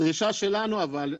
הדרישה שלנו אבל,